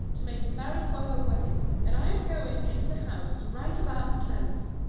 to make merry for her wedding, and i am going into the house to write about the clothes.